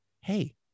Hey